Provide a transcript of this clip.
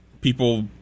people